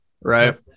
right